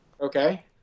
okay